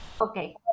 Okay